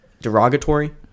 derogatory